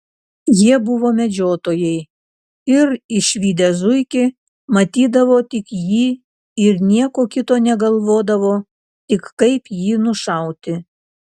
jie buvo medžiotojai ir išvydę zuikį matydavo tik jį ir nieko kito negalvodavo tik kaip jį nušauti